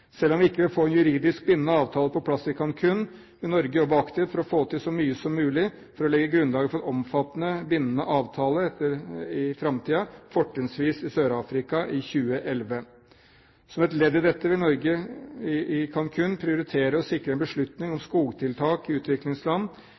Selv om vi ikke vil få en juridisk bindende avtale på plass i Cancún, vil Norge jobbe aktivt for å få til så mye som mulig for å legge grunnlaget for en omfattende, bindende avtale i framtiden, fortrinnsvis i Sør-Afrika i 2011. Som et ledd i dette vil Norge i Cancún prioritere å sikre en beslutning om skogtiltak i utviklingsland innenfor tidligere norske posisjoner, selv om